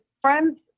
friends